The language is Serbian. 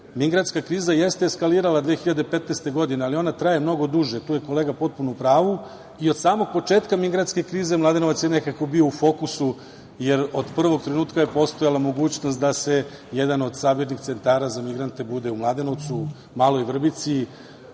migrantska kriza jeste eskalirala 2015. godine, ali ona traje mnogo duže, tu je kolega potpuno u pravu. Od samog početka migrantske krize Mladenovac je nekako bio u fokusu, jer od prvog trenutka je postojala mogućnost da jedan od sabirnih centara za migrante bude u Mladenovcu, Maloj Vrbici,